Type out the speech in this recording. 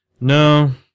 no